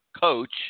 coach